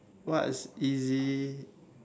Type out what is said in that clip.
what's easy